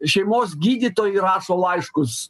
šeimos gydytojai rašo laiškus